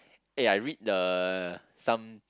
eh I read the some